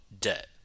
debt